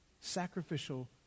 Sacrificial